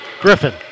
Griffin